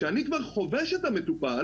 שאני כבר חובש את המטופל,